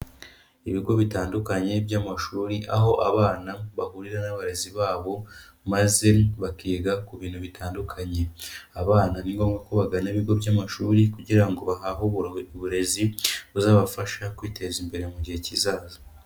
Ibigo bitandukanye by'amashuri, aho abana bahurira n'abarezi babo maze bakiga ku bintu bitandukanye. Abana ni ngombwa ko bagana ibigo by'amashuri kugira ngo bahahe uburezi buzabafasha kwiteza imbere mu gihe kizaza.